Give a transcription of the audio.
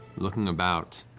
looking about,